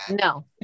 No